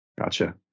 gotcha